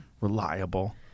Reliable